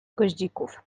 goździków